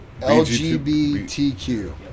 LGBTQ